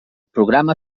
programa